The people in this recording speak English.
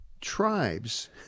tribes